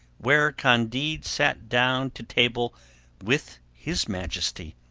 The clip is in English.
where candide sat down to table with his majesty,